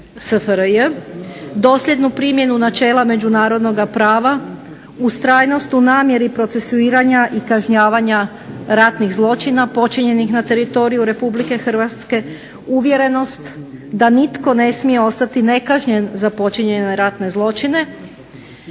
SFRJ, dosljednu primjenu načela međunarodnog prava, ustrajnost u namjeri procesuiranja i kažnjavanja ratnih zločina počinjenih na teritoriju Republike Hrvatske, uvjerenost da nitko ne smije ostati nekažnjen za počinjene ratne zločine.